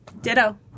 Ditto